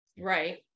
right